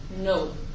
no